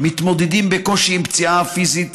מתמודדים בקושי עם פציעה פיזית,